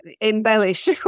embellish